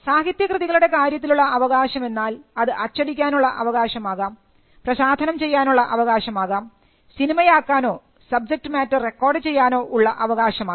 സാഹിത്യകൃതികളുടെ കാര്യത്തിലുള്ള അവകാശം എന്നാൽ അത് അച്ചടിക്കാനുള്ള അവകാശമാകാം പ്രസാധനം ചെയ്യാനുള്ള അവകാശമാകാം സിനിമയാക്കാനോ സബ്ജക്ട് മാറ്റർ റെക്കോർഡ് ചെയ്യാനോ ഉള്ള അവകാശം ആകാം